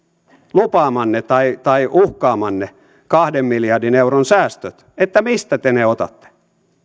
lupaamastanne tai tai uhkaamastanne kahden miljardin euron säästöistä mistä te ne otatte